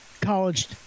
college